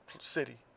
city